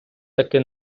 таки